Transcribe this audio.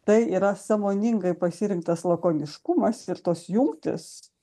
tai yra sąmoningai pasirinktas lakoniškumas ir tos jungtys